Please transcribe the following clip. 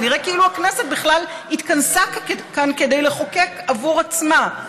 זה נראה כאילו הכנסת בכלל התכנסה כאן כדי לחוקק עבור עצמה,